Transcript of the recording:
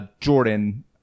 Jordan